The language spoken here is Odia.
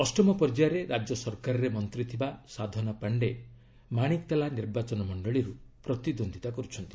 ଅଷ୍ଟମ ପର୍ଯ୍ୟାୟରେ ରାଜ୍ୟ ସରକାରରେ ମନ୍ତ୍ରୀ ଥିବା ସାଧନା ପାଶ୍ଡେ ମାଣିକତାଲା ନିର୍ବାଚନ ମଣ୍ଡଳୀରୁ ପ୍ରତିଦୃନ୍ଦିତା କରୁଛନ୍ତି